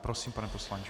Prosím, pane poslanče.